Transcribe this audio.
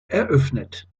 eröffnet